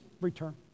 return